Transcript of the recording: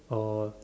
or